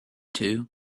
two